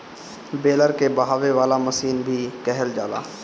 baler के बहावे वाला मशीन भी कहल जाला